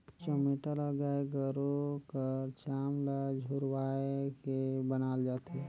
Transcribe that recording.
चमेटा ल गाय गरू कर चाम ल झुरवाए के बनाल जाथे